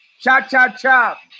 Cha-cha-cha